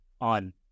on